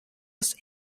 was